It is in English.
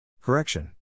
Correction